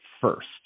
first